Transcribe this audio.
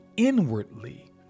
inwardly